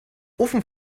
ofen